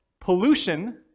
pollution